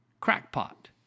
Crackpot